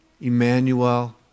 Emmanuel